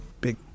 Big